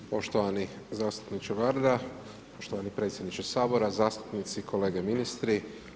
Poštovani zastupniče Varda, poštovani predsjedniče Sabora, zastupnici, kolege ministri.